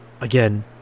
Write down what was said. again